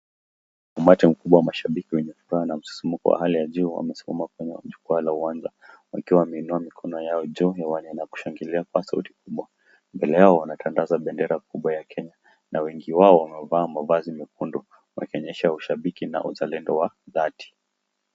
Umati mkubwa wa mashabiki wenye furaha na msisimko wa hali ya juu, wamesimama kwa jukwaa la uwanja wakiwa wameinua mikono yao juu na kushangilia kwa sauti kubwa. Mbele yao wanatandaza bendera kubwa ya Kenya. Wengi wao wamevaa mavazi mekundu wakionyesha uzalendo wa dhati.